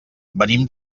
venim